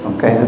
Okay